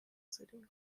city